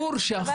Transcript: אם